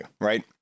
right